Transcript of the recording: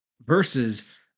versus